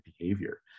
behavior